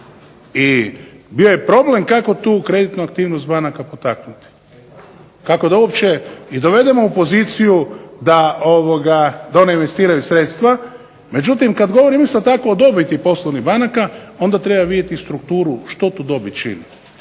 I bio je problem kako tu kreditnu aktivnost banaka potaknuti, kako da uopće i dovedemo u poziciju da one investiraju sredstva. Međutim, kad govorim isto tako o dobiti poslovnih banaka onda treba vidjeti strukturu što tu dobit čini